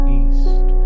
east